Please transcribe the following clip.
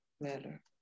matter